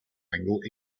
angle